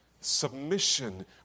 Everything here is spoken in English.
Submission